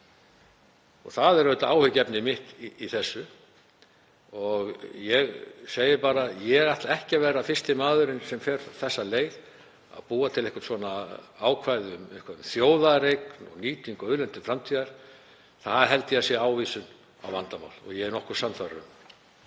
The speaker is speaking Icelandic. Það er auðvitað áhyggjuefni mitt í þessu. Ég segi bara: Ég ætla ekki að vera fyrsti maðurinn sem fer þá leið að búa til eitthvert svona ákvæði um þjóðareign og nýtingu auðlinda til framtíðar. Það held ég að sé ávísun á vandamál og ég er nokkuð sannfærður